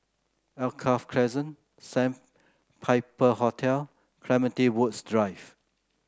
Alkaff Crescent Sandpiper Hotel Clementi Woods Drive